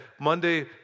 Monday